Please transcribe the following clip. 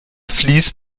fleece